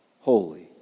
holy